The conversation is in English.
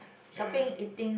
and